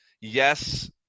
yes